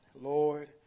Lord